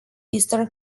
eastern